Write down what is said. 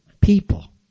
people